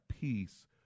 peace